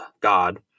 God